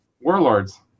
Warlords